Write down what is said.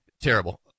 terrible